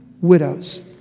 widows